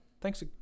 Thanks